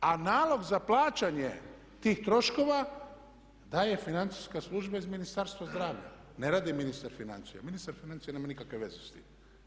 A nalog za plaćanje tih troškova daje financijska služba iz Ministarstva zdravlja, ne radi ministar financija, ministar financija nema nikakve veze sa time.